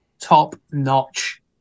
top-notch